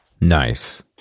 Nice